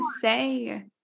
say